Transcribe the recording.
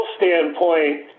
standpoint